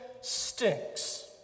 stinks